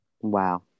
wow